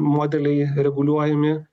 modeliai reguliuojami